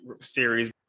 series